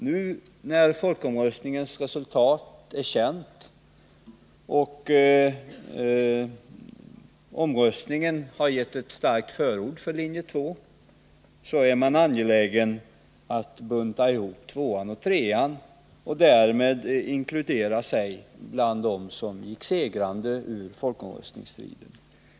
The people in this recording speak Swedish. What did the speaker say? Nu när folkomröstningens resultat är känt och omröstningen har givit ett starkt förord för linje 2 är centern angelägen att bunta ihop linje 2 och linje 3 och därmed inkludera sig självt bland dem som gick segrande ur folkomröstningsstriden.